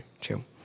chill